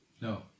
No